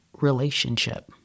relationship